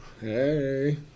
Hey